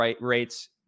rates